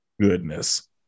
Goodness